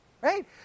Right